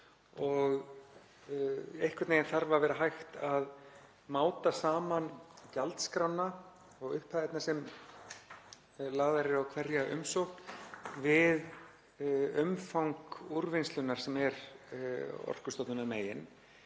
og einhvern veginn þarf að vera hægt að máta saman gjaldskrána og upphæðirnar sem lagðar eru á hverja umsókn við umfang úrvinnslunnar sem er Orkustofnunar megin